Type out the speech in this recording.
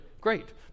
great